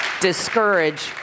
discourage